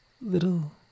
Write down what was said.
little